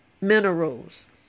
minerals